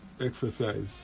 exercise